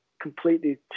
completely